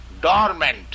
dormant